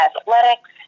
athletics